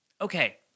Okay